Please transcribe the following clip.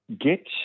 get